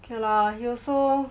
okay lah he also